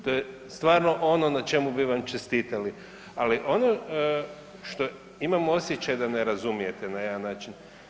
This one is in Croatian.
To je stvarno ono na čemu bi vam čestitali, ali ono što imam osjećaj da ne razumijete na jedan način.